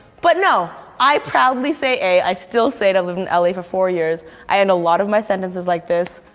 but no, i proudly say ah. i still say it, i've lived in la for four years. i end a lot of my sentences like this.